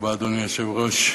אדוני היושב-ראש,